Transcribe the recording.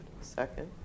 Second